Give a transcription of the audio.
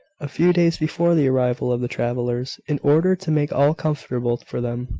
a few days before the arrival of the travellers, in order to make all comfortable for them.